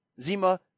Zima